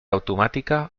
automàtica